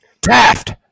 Taft